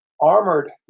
armored